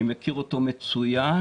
אני מכיר אותו מצוין,